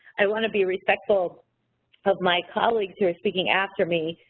i want to be respectful of my colleagues who are speaking after me,